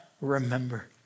remember